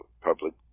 public